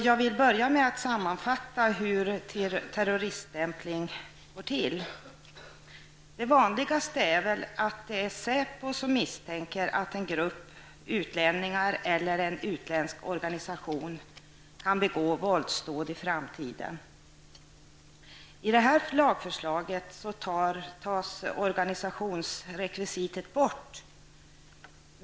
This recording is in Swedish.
Jag vill börja med att sammanfatta hur terroriststämpling går till. Det vanligaste är väl att det är SÄPO som misstänker att en grupp utlänningar eller en utländsk organisation kan begå våldsdåd i framtiden. I detta lagförslag tas organisationsrekvisitet bort.